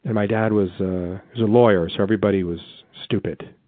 and my dad was was a lawyer, so everybody was stupid.